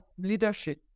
leadership